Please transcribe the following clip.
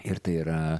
ir tai yra